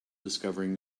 discovering